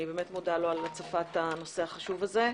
אני מודה לו על הצפת הנושא החשוב הזה.